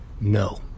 No